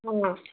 ஆமாம்